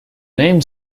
name